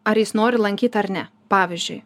ar jis nori lankyt ar ne pavyzdžiui